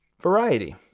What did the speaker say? variety